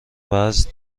وزن